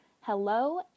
hello